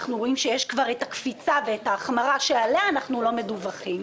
אנחנו רואים שיש כבר את הקפיצה ואת ההחמרה שעליה אנחנו לא מדווחים.